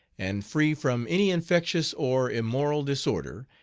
and free from any infectious or immoral disorder,